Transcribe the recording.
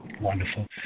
Wonderful